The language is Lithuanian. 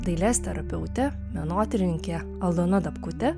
dailės terapeutė menotyrininkė aldona dapkutė